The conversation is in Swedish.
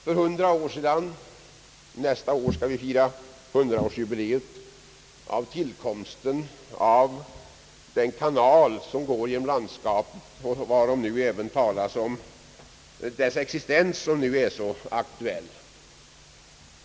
För hundra år sedan — nästa år skall vi fira hundraårsjubileum — tillkom den kanal som går genom landskapet och vars existens nu är aktuell som fick stor betydelse.